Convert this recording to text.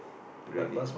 gravy